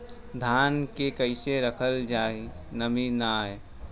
धान के कइसे रखल जाकि नमी न आए?